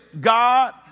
God